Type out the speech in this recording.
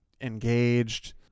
engaged